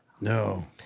No